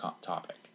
topic